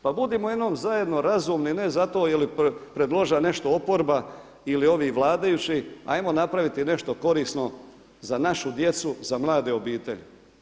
Pa budimo jednom zajedno razumni ne zato jer je predložila nešto oporba ili ovi vladajući, ajmo napraviti nešto korisno za našu djecu, za mlade obitelji.